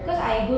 mm